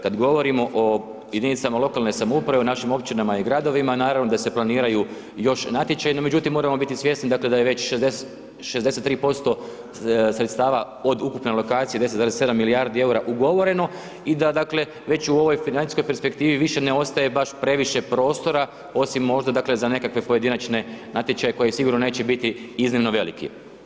Kad govorimo o jedinicama lokalne samouprave o našim općinama i gradovima naravno da se planiraju još natječaji, no međutim moramo biti svjesni da je već 63% sredstava od ukupne alokacije 10,7 milijardi eura ugovoreno i da dakle već u ovoj financijskoj perspektivi više ne ostaje baš previše prostora osim možda dakle za nekakve pojedinačne natječaje koji sigurno neće biti iznimno veliki.